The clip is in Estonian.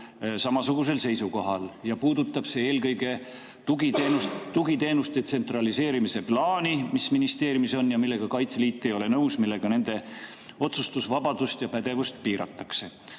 samasugusel seisukohal. See puudutab eelkõige tugiteenuste tsentraliseerimise plaani, mis ministeeriumil on ja millega Kaitseliit ei ole nõus, sest sellega nende otsustusvabadust ja pädevust piiratakse.